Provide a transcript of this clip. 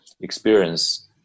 experience